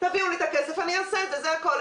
תביאו את הכסף אני אעשה את זה, זה הכול.